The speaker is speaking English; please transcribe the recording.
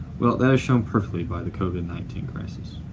well, that is shown perfectly by the covid nineteen crisis.